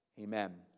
Amen